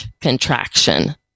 contraction